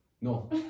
no